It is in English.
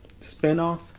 spinoff